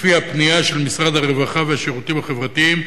לפי הפניה של משרד הרווחה והשירותים החברתיים,